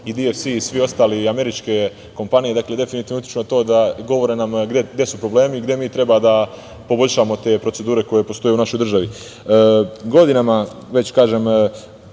DSF i svi ostali i američke kompanije, dakle definitivno utiču na to, govore nam gde su problemi, gde mi treba da poboljšamo te procedure koje postoje u našoj državi. Godinama već kažem